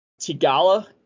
Tigala